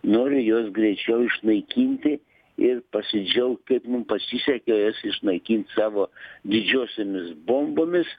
nori juos greičiau išnaikinti ir pasidžiaugt kaip mum pasisekė juos išnaikint savo didžiosiomis bombomis